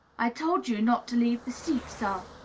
i told you not to leave the seat, sir.